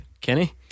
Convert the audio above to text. Kenny